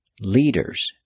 leaders